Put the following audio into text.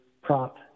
Prop